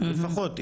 לפחות,